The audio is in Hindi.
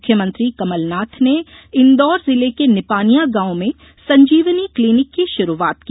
मुख्यमंत्री कमलनाथ ने कुछ देर पहले इंदौर जिले के निपानिया गांव में संजीवनी क्लीनिक की शुरूआत की